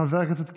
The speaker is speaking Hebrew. חבר הכנסת קיש,